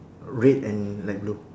red and light blue